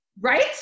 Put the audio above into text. Right